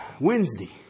Wednesday